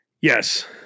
Yes